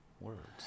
words